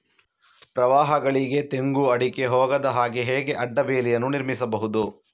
ಪ್ರವಾಹಗಳಿಗೆ ತೆಂಗು, ಅಡಿಕೆ ಹೋಗದ ಹಾಗೆ ಹೇಗೆ ಅಡ್ಡ ಬೇಲಿಯನ್ನು ನಿರ್ಮಿಸಬಹುದು?